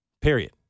Period